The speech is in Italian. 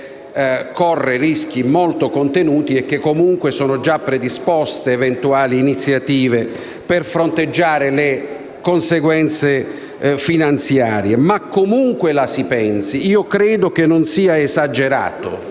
corre rischi molto contenuti e che comunque sono già predisposte eventuali iniziative per fronteggiare le conseguenze finanziarie. Tuttavia, comunque la si pensi, credo non sia esagerato